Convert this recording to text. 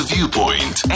Viewpoint